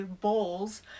bowls